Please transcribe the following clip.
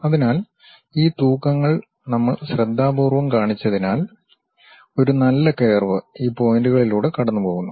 അതിനാൽ ഈ തൂക്കങ്ങൾ നമ്മൾ ശ്രദ്ധാപൂർവ്വം കാണിച്ചതിനാൽ ഒരു നല്ല കർവ് ഈ പോയിന്റുകളിലൂടെ കടന്നുപോകുന്നു